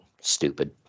Stupid